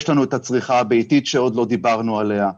יש לנו את הצריכה הביתית שעוד לא דיברנו עליה.